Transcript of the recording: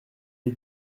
est